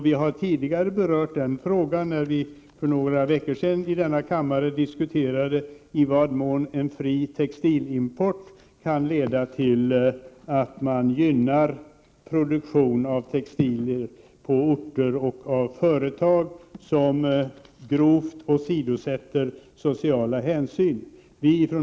Vi har tidigare berört den frågan, när vi för några veckor sedan i denna kammare diskuterade i vad mån en fri textilimport kan leda till att man gynnar produktion av textilier på orter och av företag som grovt åsidosätter sociala hänsyn.